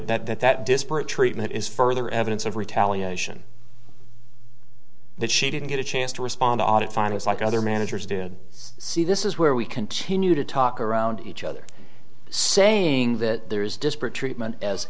that that that disparate treatment is further evidence of retaliation that she didn't get a chance to respond audit finas like other managers did see this is where we continue to talk around each other saying that there is disparate treatment as